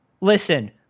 listen